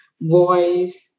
voice